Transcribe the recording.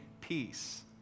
peace